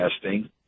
testing